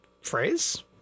phrase